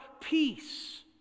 peace